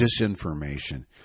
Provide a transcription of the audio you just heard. disinformation